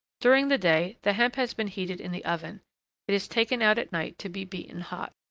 during the day, the hemp has been heated in the oven it is taken out at night to be beaten hot.